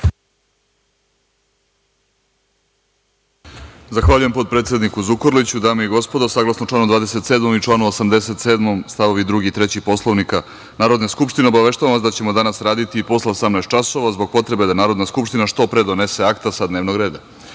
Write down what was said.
Zahvaljujem potpredsedniku Zukorliću. Dame i gospodo, saglasno članu 27. i članu 87. st. 2. i 3. Poslovnika Narodne skupštine, obaveštavam vas da ćemo danas raditi i posle 18.00 časova, zbog potrebe da Narodna skupština što pre donese akta iz dnevnog reda. Reč